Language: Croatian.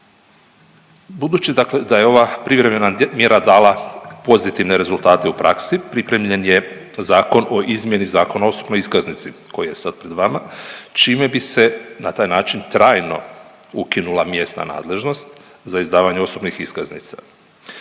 Budući da je ova privremena mjera dala pozitivne rezultate u praksi pripremljen je Zakon o izmjeni Zakona o osobnoj iskaznici koji je sad pred vama čime bi se na taj način trajno ukinula mjesna nadležnost za izdavanje osobnih iskaznica.